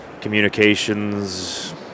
communications